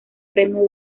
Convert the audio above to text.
premio